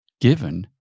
given